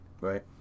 Right